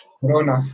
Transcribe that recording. Corona